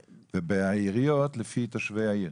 ובעיריות לפי תושבי העיר.